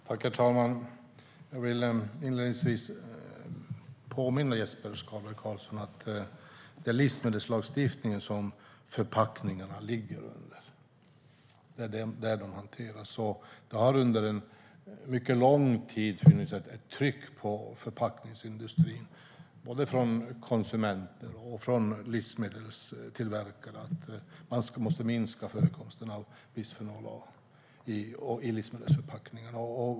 Herr talman! Jag vill inledningsvis påminna Jesper Skalberg Karlsson om att det är livsmedelslagstiftningen som förpackningarna ligger under. Det är där de hanteras. Det har under mycket lång tid funnits ett tryck på förpackningsindustrin, både från konsumenter och från livsmedelstillverkare, på att man måste minska förekomsten av bisfenol A i livsmedelsförpackningarna.